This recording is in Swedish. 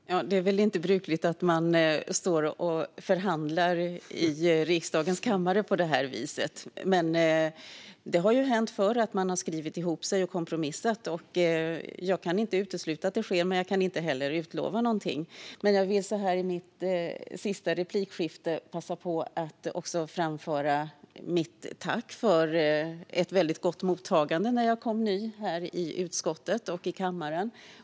Fru talman! Det är väl inte brukligt att man står och förhandlar på det här viset i riksdagens kammare. Men det har ju hänt förr att man skrivit ihop sig och kompromissat. Jag kan inte utesluta att det sker, men jag kan heller inte utlova någonting. Så här i mitt sista replikskifte vill jag passa på att också framföra mitt tack för ett väldigt gott mottagande när jag kom in i utskottet och i kammaren.